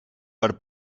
per